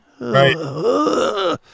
Right